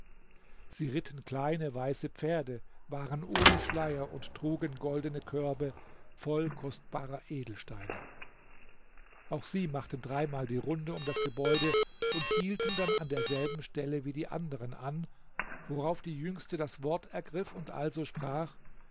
sie ritten kleine weiße pferde waren ohne schleier und trugen goldene körbe voll kostbarer edelsteine auch sie machten dreimal die runde um das gebäude hielten dann an derselben stelle wie die anderen an worauf die jüngste das wort ergriff und also sprach